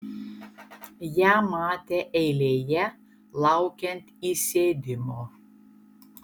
ją matė eilėje laukiant įsėdimo